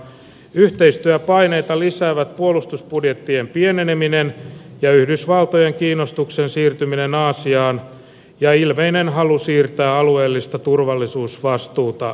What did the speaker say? yhteistyöpaineita lisäävät puolustusbudjettien pieneneminen ja yhdysvaltojen kiinnostuksen siirtyminen aasiaan ja ilmeinen halu siirtää alueellista turvallisuusvastuuta eurooppaan